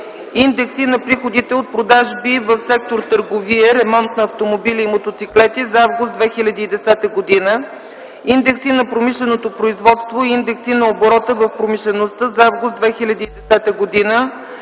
индекси на приходите от продажби в сектор „Търговия, ремонт на автомобили и мотоциклети” за м. август 2010 г.; индекси на промишленото производство и индекси на оборота в промишлеността за м. август 2010 г.;